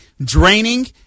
draining